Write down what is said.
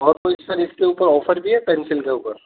اور کوئی سر اس کے اوپر آفر بھی ہے پینسل کے اوپر